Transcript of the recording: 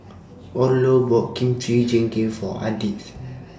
Orlo bought Kimchi Jjigae For Ardith